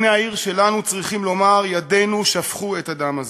זקני העיר שלנו צריכים לומר: ידינו שפכו את הדם הזה.